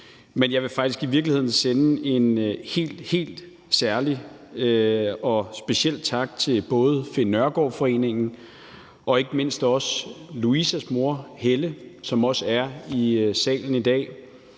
men jeg vil faktisk i virkeligheden sende en helt, helt særlig og speciel tak til både Finn Nørgaard Foreningen og ikke mindst Louisas mor, Helle, som også er til stede i salen